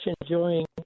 enjoying